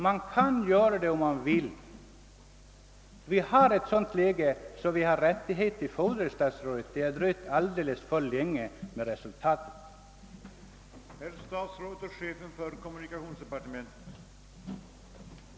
Man kan göra det om man vill. Läget är sådant att vi har rättighet att fordra det. Statsrådet har dröjt alldeles för länge med utredningen, låt det nu bli resultat!